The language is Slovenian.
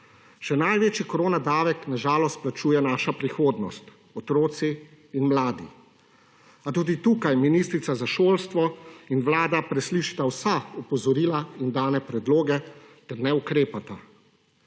Še največji koronadavek na žalost plačuje naš prihodnost, otroci in mladi. Pa tudi tukaj ministrica za šolstvo in vlada preslišita vsa opozorila in dane predloge ter ne ukrepata.